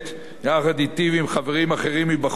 יחד אתי ועם חברים אחרים מבחוץ,